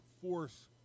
force